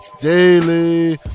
Daily